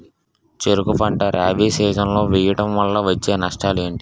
చెరుకు పంట రబీ సీజన్ లో వేయటం వల్ల వచ్చే నష్టాలు ఏంటి?